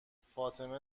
فاطمه